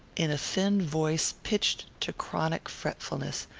in a thin voice pitched to chronic fretfulness,